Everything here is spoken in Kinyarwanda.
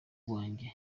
wanjye